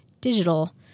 digital